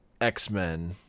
X-Men